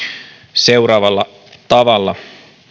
seuraavalla tavalla